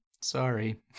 sorry